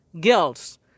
girls